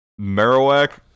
Marowak